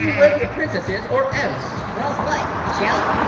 the princess is or else. or else what? shell?